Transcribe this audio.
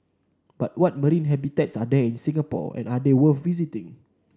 but what marine habitats are there in Singapore and are they worth visiting